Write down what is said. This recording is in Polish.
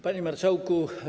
Panie Marszałku!